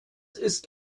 ist